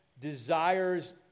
desires